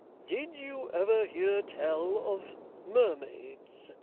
did you ever hear tell of mermaids,